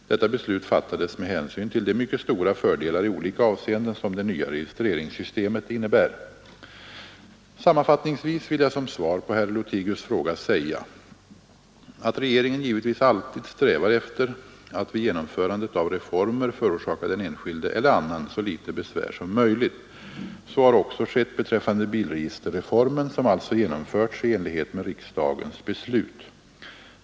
Detta beslut fattades med hänsyn till de mycket stora fördelar i olika avseenden som det nya registreringssystemet innebär. Sammanfattningsvis vill jag som svar på herr Lothigius” fråga säga, att regeringen givetvis alltid strävar efter att vid genomförandet av reformer förorsaka den enskilde eller annan så litet besvär som möjligt. Så har också skett beträffande bilregisterreformen, som alltså genomförts i enlighet med riksdagens beslut.